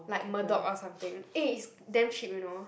like Murdoch or something eh it's damn cheap you know